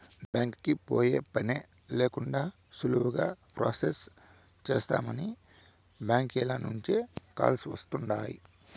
బ్యాంకీకి పోయే పనే లేకండా సులువుగా ప్రొసెస్ చేస్తామని బ్యాంకీల నుంచే కాల్స్ వస్తుండాయ్